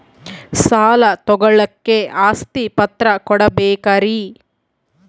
ಸಾಲ ತೋಳಕ್ಕೆ ಆಸ್ತಿ ಪತ್ರ ಕೊಡಬೇಕರಿ?